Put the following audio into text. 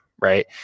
Right